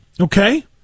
Okay